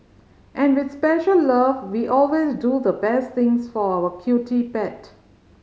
and with special love we always do the best things for our cutie pet